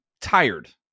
tired